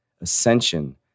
ascension